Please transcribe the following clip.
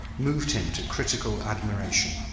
moved him to critical admiration.